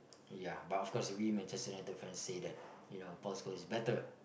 ya but of course we Manchester-United fans say that you know Post Coast is better